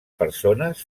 persones